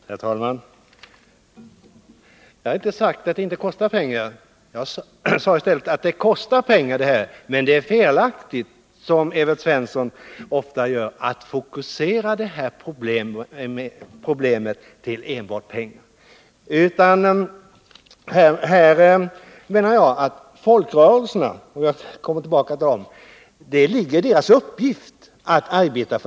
Herr talman! Jag har inte sagt att det inte kostar pengar att vidta dessa åtgärder. Jag har i stället sagt att det kostar pengar. Men det är fel att, som Evert Svensson ofta gör, fokusera problemet till att enbart gälla pengar. För att återkomma till folkrörelserna, så är det här en uppgift för dem.